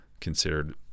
considered